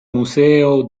museo